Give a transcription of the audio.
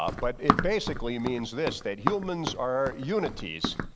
but it basically means this that humans are unities.